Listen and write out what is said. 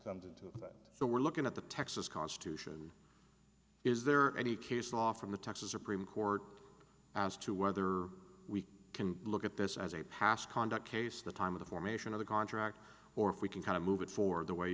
come to that so we're looking at the texas constitution is there any case law from the texas supreme court as to whether we can look at this as a past conduct case the time of the formation of the contract or if we can kind of move it for the way